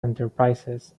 enterprises